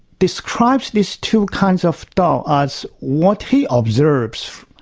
describes these two kinds of dao as what he observes.